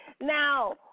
Now